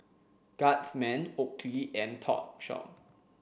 Guardsman Oakley and Topshop